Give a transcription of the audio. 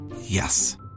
Yes